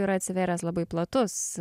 yra atsivėręs labai platus